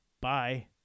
bye